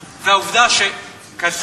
אמרו את זה גם בוועדות,